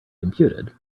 computed